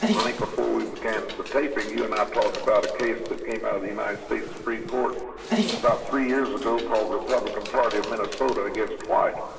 i think before we began the taping, you and i talked about a case that came out of the united states supreme court about three years ago called republican party of minnesota against white.